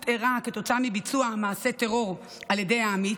אירע כתוצאה מביצוע מעשה טרור על ידי העמית,